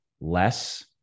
less